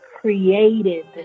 created